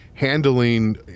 Handling